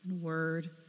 word